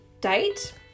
date